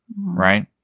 right